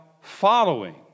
following